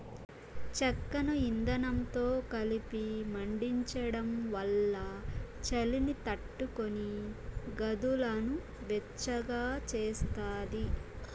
చెక్కను ఇందనంతో కలిపి మండించడం వల్ల చలిని తట్టుకొని గదులను వెచ్చగా చేస్తాది